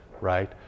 right